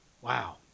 Wow